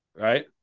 right